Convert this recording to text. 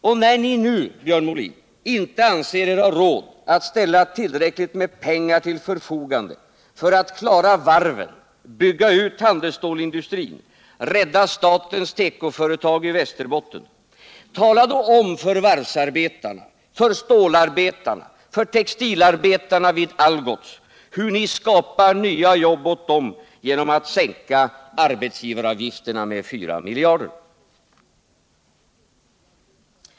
Och när ni nu, Björn Molin, inte anser er ha råd att ställa tillräckligt med pengar till förfogande för att klara varven, bygga ut handelsstålsindustrin och rädda statens tekoföretag i Västerbotten, tala då om för varvsarbetarna, för stålarbetarna och för textilarbetarna vid Algots hur ni skapar nya jobb åt dem genom att sänka arbetsgivaravgifterna med 4 miljarder!